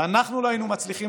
ואנחנו לא היינו מצליחים,